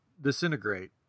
Disintegrate